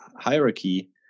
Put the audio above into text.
hierarchy